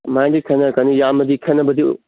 ꯑꯃꯥꯏꯅꯗꯤ ꯈꯦꯠꯅꯔꯛꯀꯅꯤ ꯌꯥꯝꯅꯗꯤ ꯈꯦꯠꯅꯕꯗꯤ